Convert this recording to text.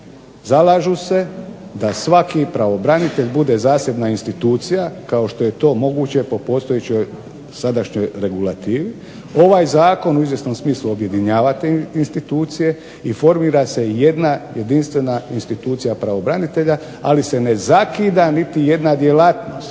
Zalažu se da svaki pravobranitelj bude zasebna institucija kao što je to moguće po postojećoj sadašnjoj regulativi. Ovaj Zakon u izvjesnom smislu objedinjavati institucije i formira se jedna jedina institucija pravobranitelja ali se ne zakida niti jedna djelatnost